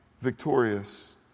victorious